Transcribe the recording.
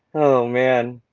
oh man.